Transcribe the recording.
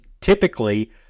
Typically